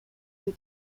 sie